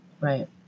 Right